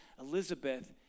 Elizabeth